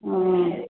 हूँ